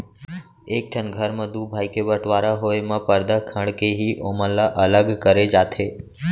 एक ठन घर म दू भाई के बँटवारा होय म परदा खंड़ के ही ओमन ल अलग करे जाथे